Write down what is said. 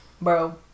Bro